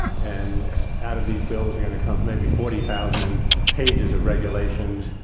and out of these bills are going to come maybe forty thousand pages of regulations,